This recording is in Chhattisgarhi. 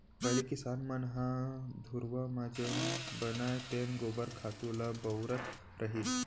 पहिली किसान मन ह घुरूवा म जेन बनय तेन गोबर खातू ल बउरत रहिस